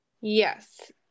Yes